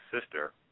sister